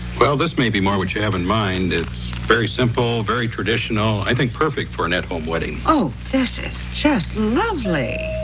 well this may be more what you have in mind. it's very simple, very traditional. i think perfect for an at-home wedding. oh, this is just lovely.